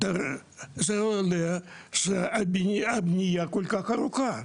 זה גורם לזה שהבנייה כל כך ארוכה.